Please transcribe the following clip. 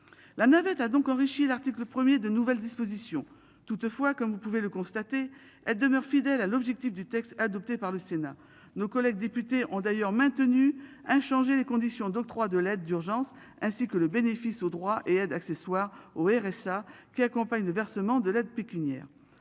La navette a donc enrichi l'article 1er de nouvelles dispositions. Toutefois, comme vous pouvez le constater, elle demeure fidèle à l'objectif du texte adopté par le Sénat. Nos collègues députés ont d'ailleurs maintenu inchangés les conditions d'octroi de l'aide d'urgence ainsi que le bénéfice au droit et à d'accessoires au RSA qui accompagne le versement de l'aide pécuniaire